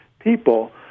people